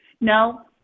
No